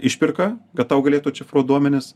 išpirką kad tau galėtų atšifruot duomenis